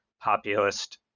populist